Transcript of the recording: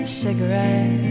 cigarette